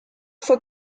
fue